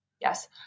Yes